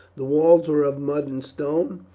the walls were of mud and stone,